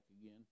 again